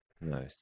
Nice